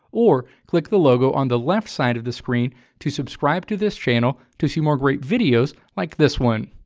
or click the logo on the left side of the screen to subscribe to this channel to see more great videos like this one.